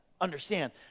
understand